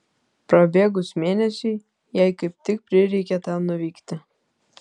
prabėgus mėnesiui jai kaip tik prireikė ten nuvykti